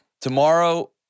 tomorrow